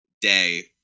day